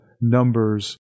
numbers